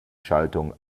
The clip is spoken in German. schaltung